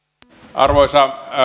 arvoisa